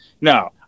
No